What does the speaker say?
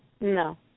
No